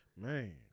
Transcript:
Man